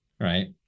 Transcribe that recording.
right